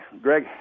Greg